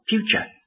Future